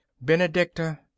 Benedicta